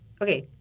okay